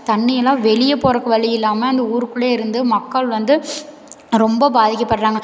தண்ணியெல்லாம் வெளியே போகிறக்கு வழி இல்லாமல் இந்த ஊருக்குள்ளயே இருந்து மக்கள் வந்து ரொம்ப பாதிக்கப்படுறாங்க